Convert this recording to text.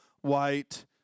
white